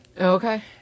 Okay